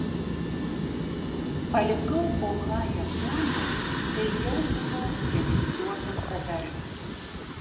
palikau ohają tuomet kai jau buvau registruotas bedarbis